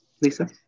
Lisa